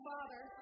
Father